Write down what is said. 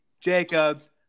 Jacobs